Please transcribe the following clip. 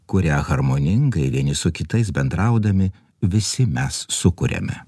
kurią harmoningai vieni su kitais bendraudami visi mes sukuriame